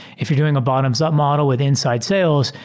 if you're doing a bottoms-up model with inside sales,